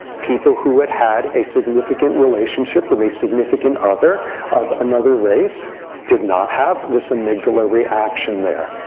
people who had had a significant relationship with a significant other of another race did not have this amygdala reaction there.